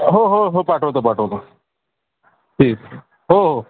हो हो हो पाठवतो पाठवतो ठीक ठीक हो हो